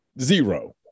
zero